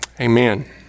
amen